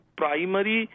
primary